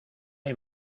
hay